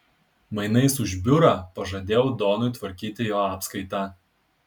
mainais už biurą pažadėjau donui tvarkyti jo apskaitą